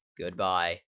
Goodbye